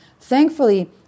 Thankfully